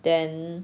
then